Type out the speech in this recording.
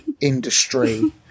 industry